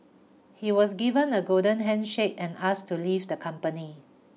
he was given a golden handshake and asked to leave the company